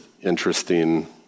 interesting